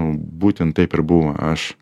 būtent taip ir buvo aš